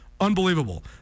Unbelievable